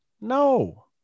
No